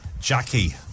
Jackie